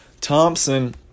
Thompson